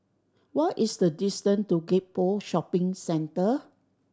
what is the distance to Gek Poh Shopping Center